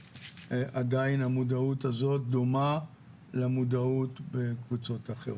עדיין המודעות הזאת דומה למודעות בקבוצות אחרות.